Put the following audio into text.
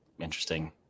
Interesting